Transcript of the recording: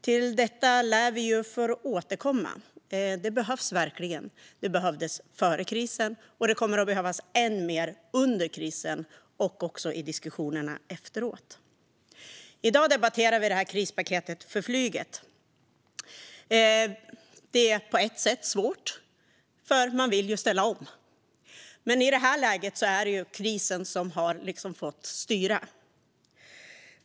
Till detta lär vi få återkomma, för det behövs verkligen. Det behövdes före krisen, och det kommer att behövas ännu mer under krisen och också i diskussionerna efteråt. I dag debatterar vi krispaketet för flyget. Det är på ett sätt svårt, för man vill ju ställa om. I det här läget är det dock krisen som fått styra.